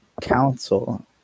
Council